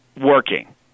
working